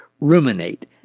ruminate